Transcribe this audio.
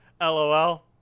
LOL